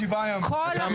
שיידעו על מה